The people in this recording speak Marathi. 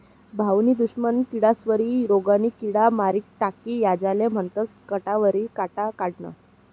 भाऊनी दुश्मन किडास्वरी रोगनी किड मारी टाकी यालेज म्हनतंस काटावरी काटा काढनं